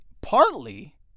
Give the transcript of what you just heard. partly